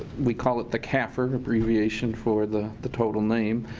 we call it the cafr, abbreviation for the the total name.